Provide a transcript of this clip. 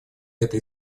это